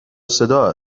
صدا